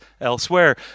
elsewhere